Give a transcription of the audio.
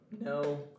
No